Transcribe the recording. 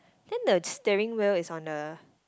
then the steering wheel is on the